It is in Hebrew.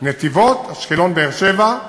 נתיבות, אשקלון, באר-שבע.